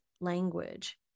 language